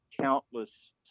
Countless